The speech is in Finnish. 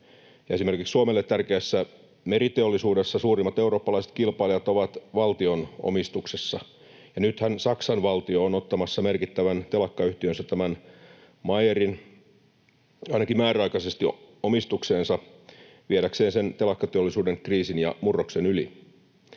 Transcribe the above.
esimerkiksi Suomelle tärkeässä meriteollisuudessa suurimmat eurooppalaiset kilpailijat ovat valtion omistuksessa, ja nythän Saksan valtio on ottamassa merkittävän telakkayhtiönsä, tämän Meyerin, ainakin määräaikaisesti omistukseensa viedäkseen sen telakkateollisuuden kriisin ja murroksen yli.